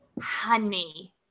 honey